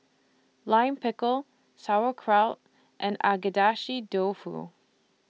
Lime Pickle Sauerkraut and Agedashi Dofu